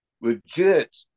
legit